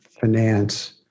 finance